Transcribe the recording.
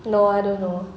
no I don't know